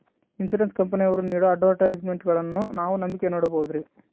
Insurance ಕಂಪನಿಯವರು ನೇಡೋ ಅಡ್ವರ್ಟೈಸ್ಮೆಂಟ್ಗಳನ್ನು ನಾವು ನಂಬಿಕೆ ಮಾಡಬಹುದ್ರಿ?